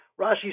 Rashi